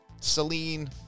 Celine